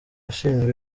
ashinjwa